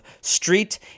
Street